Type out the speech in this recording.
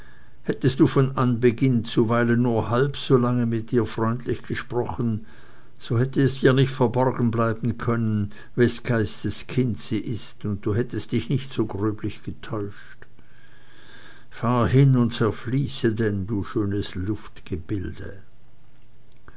hättest du von anbeginn zuweilen nur halb so lange mit ihr freundlich gesprochen so hätte es dir nicht verborgen bleiben können wes geistes kind sie ist und du hättest dich nicht so gröblich getäuscht fahr hin und zerfließe denn du schönes